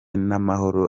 n’amahoro